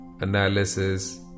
analysis